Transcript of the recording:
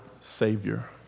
Savior